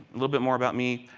little bit more about me,